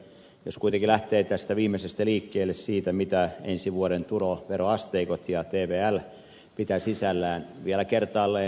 jos kuitenkin lähtee tästä viimeisestä liikkeelle siitä mitä ensi vuoden tuloveroasteikot ja tvl pitävät sisällään vielä kertaalleen